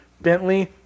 bentley